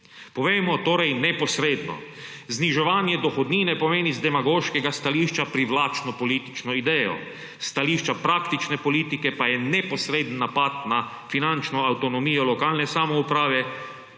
Povejmo torej neposredno, zniževanje dohodnine pomeni z demagoškega stališča privlačno politično idejo. S stališča praktične politike pa je neposreden napad na finančno avtonomijo lokalne samouprave,